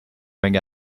rang